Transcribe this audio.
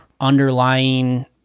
underlying